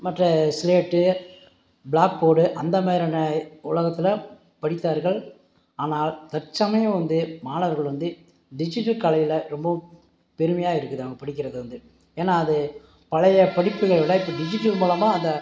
மற்ற slate black board அந்த மாதிரியான உலகத்தில் படித்தார்கள் ஆனால் தற்சமயம் வந்து மாணவர்கள் வந்து டிஜிட்டல் கலையில ரொம்பவும் பெருமையாக இருக்குது அவங்க படிக்கிறது வந்து ஏன்னா அது பழைய படிப்புகள் எல்லாம் இப்போ டிஜிட்டல் மூலமாக அதை